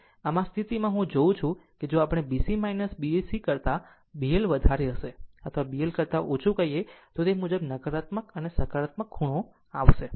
આમ આ સ્થિતિમાંથી હું જોઉં છું કે જો આપણે B C B C કરતા B L વધારે અથવા B L કરતા ઓછું કહીએ તો તે મુજબ નકારાત્મક અને સકારાત્મક ખૂણો આવશે